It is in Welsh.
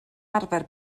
arfer